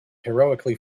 heroically